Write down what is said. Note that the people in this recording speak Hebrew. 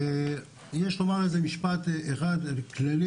יש לומר משפט כללי,